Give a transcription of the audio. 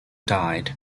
died